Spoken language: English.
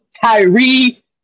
Tyree